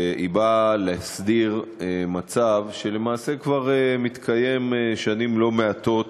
באה להסדיר מצב שלמעשה כבר מתקיים שנים לא מעטות